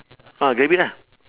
ah grab it lah